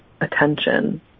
attention